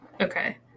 Okay